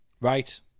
Right